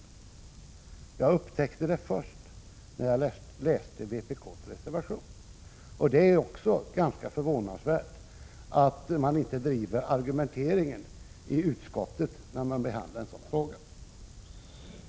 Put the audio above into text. Detta upptäckte jag först då jag läste vpk:s reservation. Det är ganska förvånande att vpk inte argumenterade i denna fråga då utskottet behandlade den.